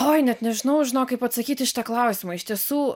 oi net nežinau žinok kaip atsakyt į šitą klausimą iš tiesų